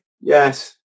Yes